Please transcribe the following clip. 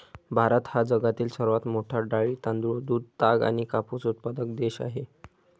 भारत हा जगातील सर्वात मोठा डाळी, तांदूळ, दूध, ताग आणि कापूस उत्पादक देश आहे